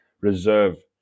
reserve